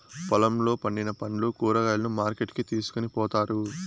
పొలంలో పండిన పండ్లు, కూరగాయలను మార్కెట్ కి తీసుకొని పోతారు